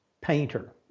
painter